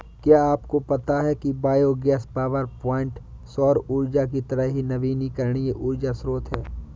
क्या आपको पता है कि बायोगैस पावरप्वाइंट सौर ऊर्जा की तरह ही नवीकरणीय ऊर्जा स्रोत है